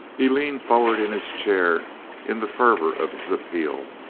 he leaned forward in his chair in the fervor of his appeal,